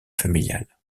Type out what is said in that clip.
familiales